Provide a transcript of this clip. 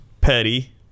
Petty